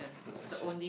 good question